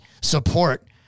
support